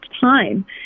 time